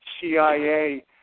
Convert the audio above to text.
CIA